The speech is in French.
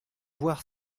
voir